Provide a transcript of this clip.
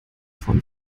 von